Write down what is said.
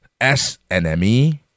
snme